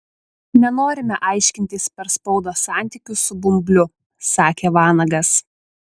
nenorime aiškintis per spaudą santykių su bumbliu sakė vanagas